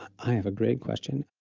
i have a great question.